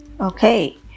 Okay